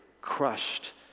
crushed